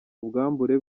ubwambure